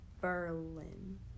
Berlin